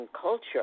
culture